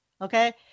Okay